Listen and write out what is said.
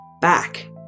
back